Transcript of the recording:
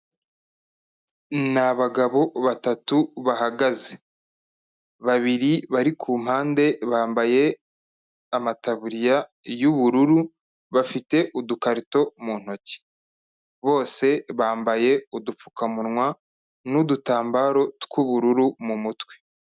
Ni abagabo batatu bahagaze, babiri bari ku mpande bambaye amataburiya y'ubururu, bafite udukarito mu ntoki, bose bambaye udupfukamunwa n'udutambaro tw'ubururu mu mutwe.